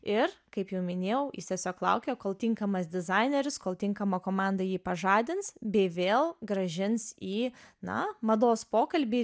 ir kaip jau minėjau jis tiesiog laukė kol tinkamas dizaineris kol tinkama komanda jį pažadins bei vėl grąžins į na mados pokalbį